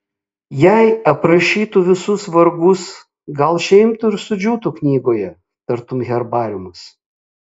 jei aprašytų visus vargus gal šie imtų ir sudžiūtų knygoje tarytum herbariumas